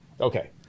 Okay